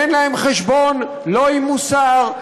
אין להם חשבון לא עם מוסר,